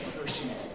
personal